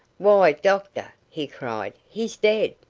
why, doctor! he cried, he's dead.